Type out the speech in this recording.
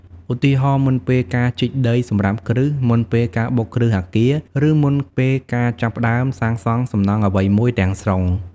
ឧទាហរណ៍ មុនពេលការជីកដីសម្រាប់គ្រឹះ មុនពេលការបុកគ្រឹះអាគារ ឬមុនពេលការចាប់ផ្តើមសាងសង់សំណង់អ្វីមួយទាំងស្រុង។